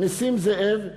נסים זאב,